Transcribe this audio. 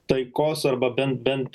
taikos arba ben bent